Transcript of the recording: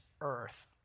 earth